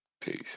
Peace